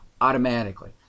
automatically